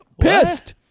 pissed